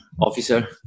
officer